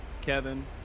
kevin